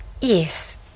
Yes